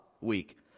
week